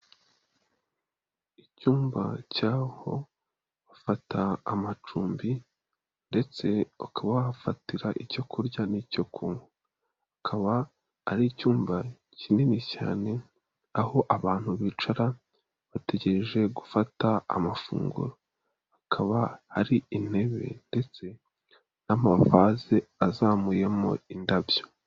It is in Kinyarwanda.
Icyumba cy'aho bafata amacumbi ndetse ukaba wahafatira icyo kurya n'icyo kunywa. Akaba ari icyumba kinini cyane, aho abantu bicara bategereje gufata amafunguro. Hakaba hari intebe ndetse n'amavaze azamuyemo indabyo.